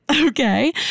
Okay